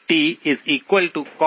तो xccos4000πt